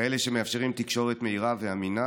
כאלה שמאפשרים תקשורת מהירה ואמינה